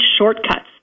shortcuts